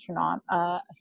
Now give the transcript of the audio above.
Astronaut